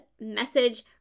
message